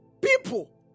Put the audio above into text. people